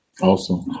Awesome